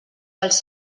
dels